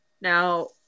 now